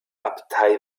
abtei